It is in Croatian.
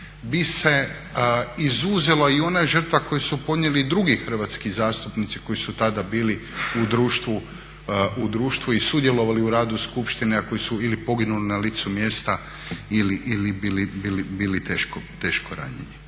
bi se izuzela i ona žrtva koju su podnijeli i drugi hrvatski zastupnici koji su tada bili u društvu i sudjelovali u radu Skupštine, a koji su ili poginuli na licu mjesta ili bili teško ranjeni.